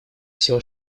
все